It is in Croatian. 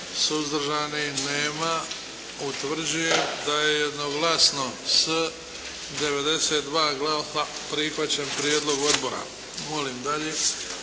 Suzdržan? Nema. Utvrđujem da je jednoglasno s 93 glasa prihvaćen prijedlog odbora. Molim dalje.